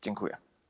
Dziękuję.